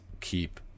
keep